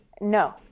No